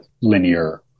linear